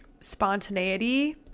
spontaneity